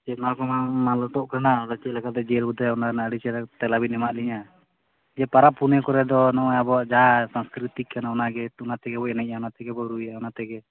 ᱪᱮᱫ ᱱᱚᱣᱟ ᱠᱚᱢᱟ ᱢᱟᱞᱚᱴᱚᱜ ᱠᱟᱱᱟ ᱟᱫᱚ ᱪᱮᱫ ᱞᱮᱠᱟᱛᱮ ᱡᱤᱭᱟᱹᱲ ᱵᱚ ᱫᱚᱦᱚᱭᱟ ᱚᱱᱟ ᱨᱮᱱᱟᱜ ᱟᱹᱰᱤ ᱪᱮᱨᱦᱟ ᱛᱮᱞᱟ ᱵᱮᱱ ᱮᱢᱟᱫ ᱞᱤᱧᱟᱹ ᱡᱮ ᱯᱟᱨᱟᱵᱽ ᱯᱩᱱᱟᱹᱭ ᱠᱚᱨᱮ ᱫᱚ ᱱᱚᱜᱼᱚᱭ ᱟᱵᱚᱣᱟᱜ ᱡᱟᱦᱟᱸ ᱥᱟᱥᱠᱨᱤᱛᱤᱠ ᱠᱟᱱᱟ ᱚᱱᱟᱜᱮ ᱚᱱᱟᱛᱮᱜᱮ ᱵᱚ ᱮᱱᱮᱡᱟ ᱚᱱᱟᱛᱮᱜᱮ ᱵᱚ ᱨᱩᱭᱟ ᱚᱱᱟᱛᱮᱜᱮ